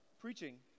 preaching